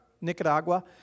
Nicaragua